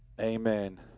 Amen